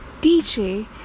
DJ